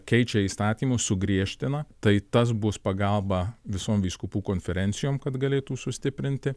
keičia įstatymus sugriežtina tai tas bus pagalba visom vyskupų konferencijom kad galėtų sustiprinti